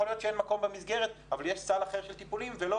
יכול להיות שאין מקום במסגרת אבל יש סל אחר של טיפולים ולא